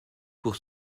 pour